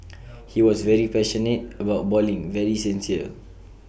he was very passionate about bowling very sincere